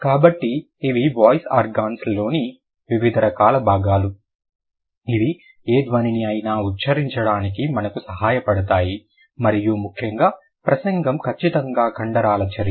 కాబట్టి ఇవి voice organs లోని వివిధ రకాల భాగాలు ఇవి ఏ ధ్వనిని అయినా ఉచ్చరించడానికి మనకు సహాయపడతాయి మరియు ముఖ్యంగా ప్రసంగం ఖచ్చితంగా కండరాల చర్య